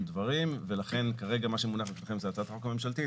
דברים ולכן כרגע מה שמונח בפניכם זו הצעת החוק הממשלתית.